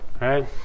right